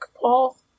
Paul